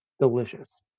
Delicious